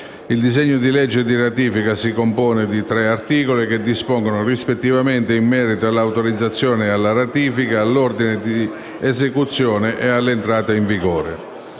Il disegno di legge di ratifica si compone di 3 articoli che dispongono, rispettivamente, in merito all'autorizzazione alla ratifica, all'ordine di esecuzione ed all'entrata in vigore.